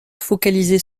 focaliser